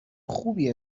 خوبی